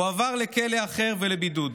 הועבר לכלא אחר ולבידוד.